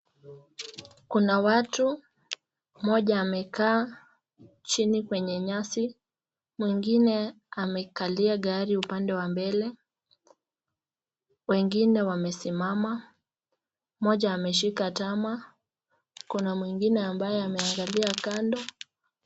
Kuna watu , moja amekaa chini kwenye nyasi, mwingine amekalia gari upande wa mbele, wengine wamesimama , moja ameshika tama, kuna mwingine ambaye ameangalia kando.